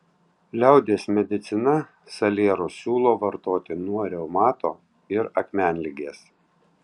liaudies medicina salierus siūlo vartoti nuo reumato ir akmenligės